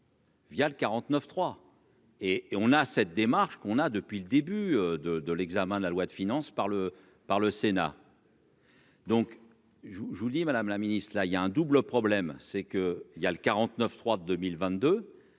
Via le 49 3 et et on a cette démarche qu'on a depuis le début de de l'examen de la loi de finances par le par le Sénat. Donc je vous, je vous dis, Madame la Ministre, là il y a un double problème, c'est que il y a le 49 3 2022